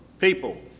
people